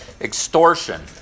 extortion